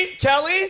Kelly